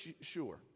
sure